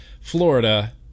Florida